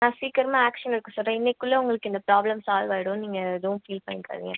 நான் சீக்கிரமாக ஆக்ஷன் எடுக்க சொல்கிறேன் இன்றைக்குள்ள உங்களுக்கு இந்த ப்ராப்ளம் சால்வாகிடும் நீங்கள் எதுவும் ஃபீல் பண்ணிக்காதீங்க